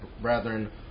brethren